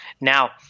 Now